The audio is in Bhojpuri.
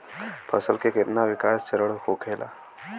फसल के कितना विकास चरण होखेला?